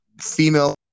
female